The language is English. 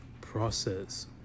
process